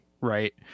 Right